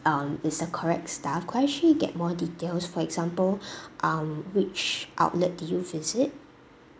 um is that correct staff could actually get more details for example um which outlet did you visit